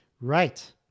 Right